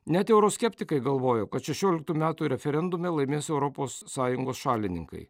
net euroskeptikai galvojo kad šešioliktų metų referendume laimės europos sąjungos šalininkai